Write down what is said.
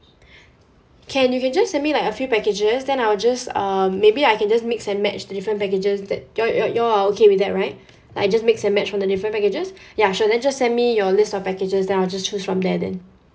can you can just send me like a few packages then I will just uh maybe I can just mix and match the different packages that you all you all you all are okay with that right like I just mix and match from the different packages ya sure then just send me your list of packages then I'll just choose from there then